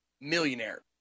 millionaire